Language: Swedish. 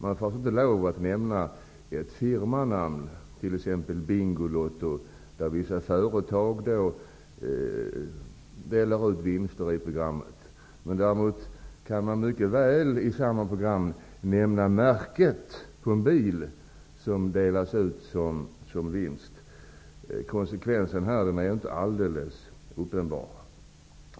Man får alltså inte lov att nämna ett firmanamn, t.ex. i Bingolotto, där vissa företag delar ut vinster i programmet. Däremot kan man mycket väl i samma program nämna märket på en bil som delas ut som vinst. Logiken är här inte alldeles uppenbar.